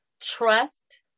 trust